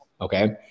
Okay